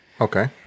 Okay